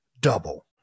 double